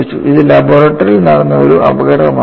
ഇത് ലബോറട്ടറിയിൽ നടന്ന ഒരു അപകടമായിരുന്നു